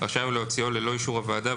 רשאי הוא להוציאו ללא אישור הוועדה,